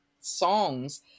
songs